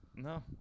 No